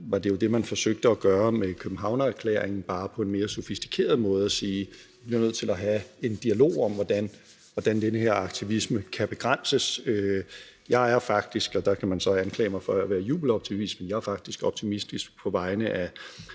var det jo det, man forsøgte at gøre med Københavnererklæringen, bare på en mere sofistikeret måde, altså sige, at vi bliver nødt til at have en dialog om, hvordan den her aktivisme kan begrænses. Jeg er faktisk – der kan man så anklage mig for at være jubeloptimist – optimistisk, i